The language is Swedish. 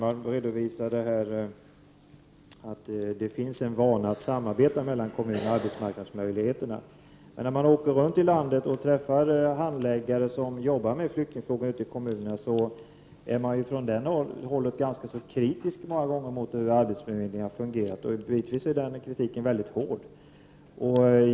Herr talman! Maud Björnemalm sade att arbetsförmedlingar och kommuner är vana att samarbeta. När man träffar handläggare som arbetar med flyktingfrågor ute i kommunerna är man ju från det hållet ganska kritisk mot hur arbetsförmedlingen har fungerat — en kritik som bitvis är väldigt hård.